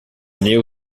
néo